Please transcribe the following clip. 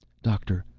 doctor,